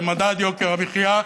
למדד יוקר המחיה,